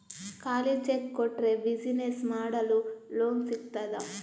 ಖಾಲಿ ಚೆಕ್ ಕೊಟ್ರೆ ಬಿಸಿನೆಸ್ ಮಾಡಲು ಲೋನ್ ಸಿಗ್ತದಾ?